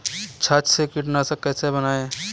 छाछ से कीटनाशक कैसे बनाएँ?